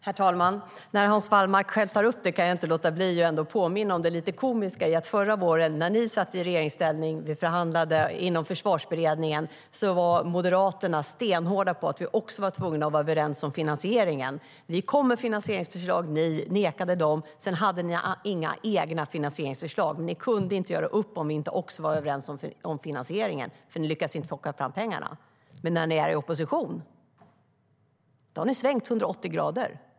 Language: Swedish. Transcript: Herr talman! När Hans Wallmark själv tar upp det kan jag inte låta bli att påminna om det lite komiska i att Moderaterna förra våren, när ni satt i regeringsställning och vi förhandlade inom Försvarsberedningen, var stenhårda med att vi var tvungna att vara överens om finansieringen. Vi kom med finansieringsförslag, men ni avslog dem. Sedan hade ni inga egna finansieringsförslag. Ni kunde inte göra upp om vi inte var överens om finansieringen, för ni lyckades inte plocka fram pengarna. Men när ni är i opposition har ni svängt 180 grader.